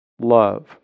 love